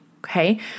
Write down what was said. Okay